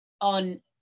on